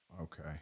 Okay